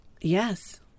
Yes